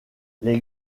les